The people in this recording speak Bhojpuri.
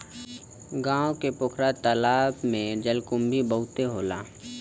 गांव के पोखरा तालाब में जलकुंभी बहुते होला